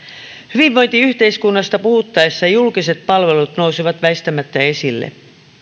hyvinvointiyhteiskunnasta puhuttaessa julkiset palvelut nousevat väistämättä esille